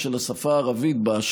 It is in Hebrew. עברית זו השפה הרשמית במדינת ישראל.